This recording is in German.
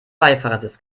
beifahrersitz